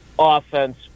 offense